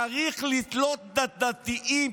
צריך לתלות את הדתיים,